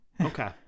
Okay